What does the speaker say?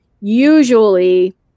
usually